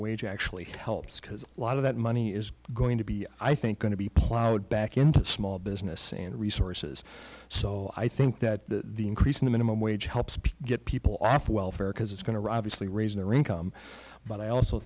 wage actually helps because a lot of that money is going to be i think going to be plowed back into small business and resources so i think that the increase in the minimum wage helps get people off welfare because it's going to ravish they raise their income but i also